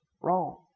Wrong